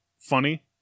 funny